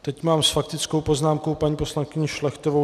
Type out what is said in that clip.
Teď mám s faktickou poznámkou paní poslankyni Šlechtovou.